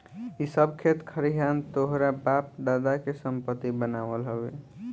इ सब खेत खरिहान तोहरा बाप दादा के संपत्ति बनाल हवे